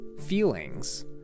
feelings